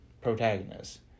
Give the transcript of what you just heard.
protagonist